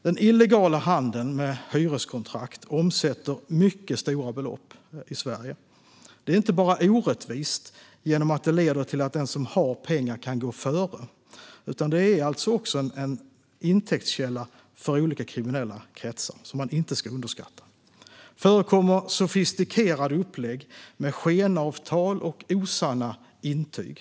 Den illegala handeln med hyreskontrakt omsätter mycket stora belopp i Sverige. Det är inte bara orättvist genom att det leder till att den som har pengar kan gå före, utan det är också en intäktskälla för olika kriminella kretsar vilken inte ska underskattas. Det förekommer sofistikerade upplägg med skenavtal och osanna intyg.